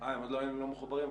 לא מחוברים.